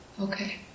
okay